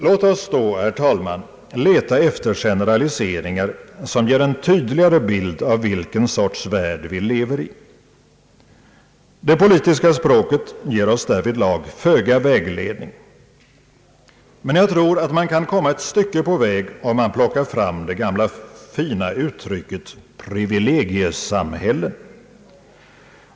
Låt oss då, herr talman, leta efter generaliseringar som ger en tydligare bild av vilken sorts värld vi lever i. Det politiska språket ger oss därvidlag föga vägledning, men jag tror att man kan komma ett stycke på väg om man plockar fram det gamla fina uttrycket »privilegiesamhälle».